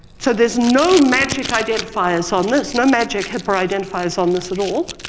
so there's no magic identifiers on this, no magic hipaa identifiers on this at all.